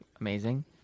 amazing